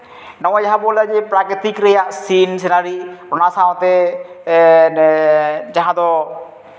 ᱡᱟᱦᱟᱸ ᱵᱚᱱ ᱞᱟᱹᱭᱟ ᱡᱮ ᱯᱨᱟᱠᱨᱤᱛᱤᱠ ᱨᱮᱱᱟᱜ ᱥᱤᱱ ᱥᱮᱱᱟᱨᱤ ᱚᱱᱟ ᱥᱟᱶᱛᱮ ᱡᱟᱦᱟᱸ ᱫᱚ